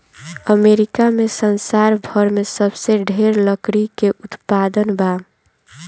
America में संसार भर में सबसे ढेर लकड़ी के उत्पादन बा